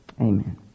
Amen